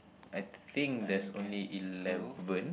I think there's only eleven